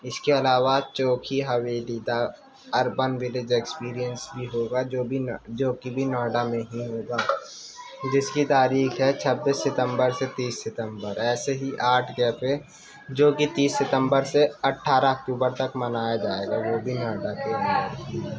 اس کے علاوہ چوکی حویلی دا ارپن ود ایکپیرئینس بھی ہوگا جو بھی جو کہ بھی نوئیڈا میں ہی ہوگا جس کی تاریخ ہے چھبیس ستمبر سے تیس ستمبر ایسے ہی آرٹ کیفے جو کہ تیس ستمبر سے اٹھارہ اکتوبر تک منایا جائے گا وہ بھی نوئیڈا کے اندر ہی